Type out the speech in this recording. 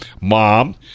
mom